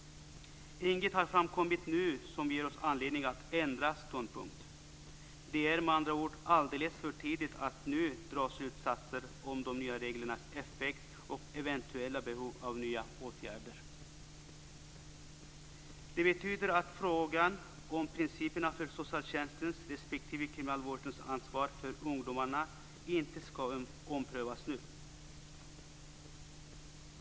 Inget har framkommit nu som ger oss anledning att ändra ståndpunkt. Det är med andra ord alldeles för tidigt att nu dra slutsatser om de nya reglernas effekt och eventuella behov av nya åtgärder. Det betyder att frågan om principerna för socialtjänstens respektive kriminalvårdens ansvar för ungdomarna inte skall omprövas nu.